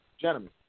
gentlemen